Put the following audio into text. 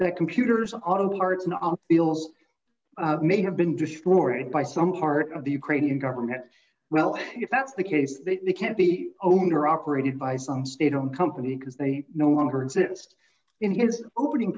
that computers auto parts not the ils may have been destroyed by some part of the ukrainian government well if that's the case that it can't be owner operated by some state owned company because they no longer exist in his opening